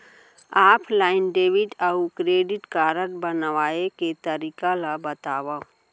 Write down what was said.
Offline debit अऊ credit card बनवाए के तरीका ल बतावव?